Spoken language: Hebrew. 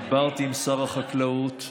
דיברתי עם שר החקלאות,